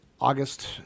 August